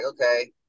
okay